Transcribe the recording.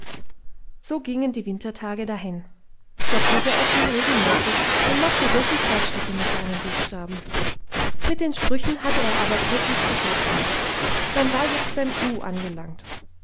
so gingen die wintertage dahin der peter erschien regelmäßig und machte wirklich fortschritte mit seinen buchstaben mit den sprüchen hatte er aber täglich zu fechten man war jetzt beim u angelangt